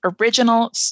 original